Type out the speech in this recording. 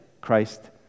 Christ